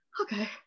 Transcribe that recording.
Okay